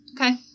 Okay